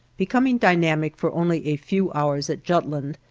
becoming dynamic for only a few hours at jutland,